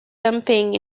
dumping